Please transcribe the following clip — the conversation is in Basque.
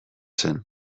zen